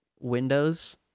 windows